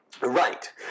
Right